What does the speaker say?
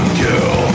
kill